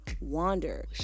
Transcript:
wander